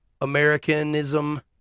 Americanism